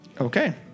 Okay